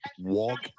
walk